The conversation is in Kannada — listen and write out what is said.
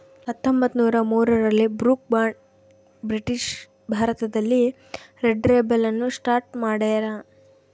ಹತ್ತೊಂಬತ್ತುನೂರ ಮೂರರಲ್ಲಿ ಬ್ರೂಕ್ ಬಾಂಡ್ ಬ್ರಿಟಿಷ್ ಭಾರತದಲ್ಲಿ ರೆಡ್ ಲೇಬಲ್ ಅನ್ನು ಸ್ಟಾರ್ಟ್ ಮಾಡ್ಯಾರ